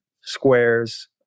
squares